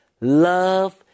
love